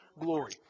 glory